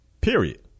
Period